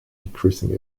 decreasing